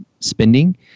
Spending